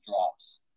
drops